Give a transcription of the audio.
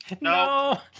no